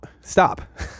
Stop